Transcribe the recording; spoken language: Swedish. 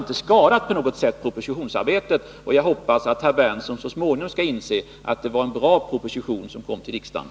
Detta har inte på något sätt skadat propositionsarbetet, och jag hoppas att herr Berndtson så småningom skall inse att det var en bra proposition som kom till riksdagen.